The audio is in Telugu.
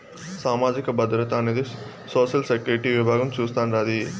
సామాజిక భద్రత అనేది సోషల్ సెక్యూరిటీ విభాగం చూస్తాండాది